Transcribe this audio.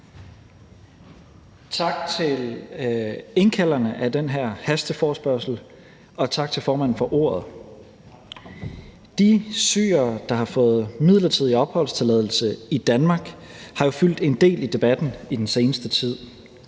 Tak til indkalderne af den her hasteforespørgselsdebat, og tak til formanden for ordet. De syrere, der har fået midlertidig opholdstilladelse i Danmark, har jo fyldt en del i debatten i den seneste tid,